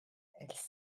elle